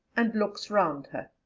and looks round her.